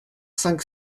cinq